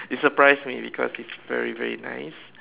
he surprised me because he's very very nice